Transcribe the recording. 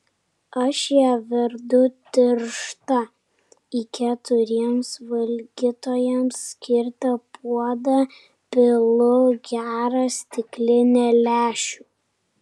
aš ją verdu tirštą į keturiems valgytojams skirtą puodą pilu gerą stiklinę lęšių